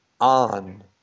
on